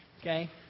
Okay